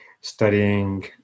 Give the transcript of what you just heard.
studying